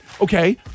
Okay